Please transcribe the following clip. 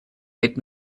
mit